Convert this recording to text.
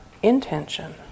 intention